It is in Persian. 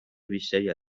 بیشتری